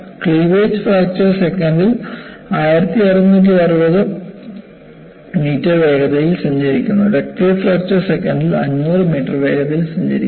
cleavage fracture സെക്കൻഡിൽ 1660 metre വേഗതയിൽ സഞ്ചരിക്കുന്നു ഡക്റ്റൈൽ ഫ്രാക്ചർ സെക്കൻഡിൽ 500 മീറ്റർ വേഗതയിൽ സഞ്ചരിക്കുന്നു